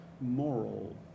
moral